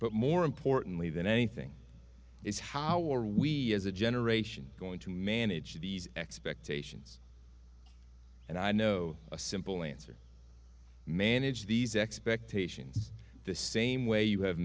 but more importantly than anything is how are we as a generation going to manage these expectations and i know a simple answer manage these expectations the same way you have